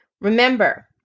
Remember